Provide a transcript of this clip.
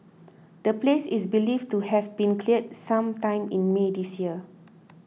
the place is believed to have been cleared some time in May this year